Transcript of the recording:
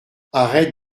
arrête